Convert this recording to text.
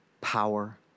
power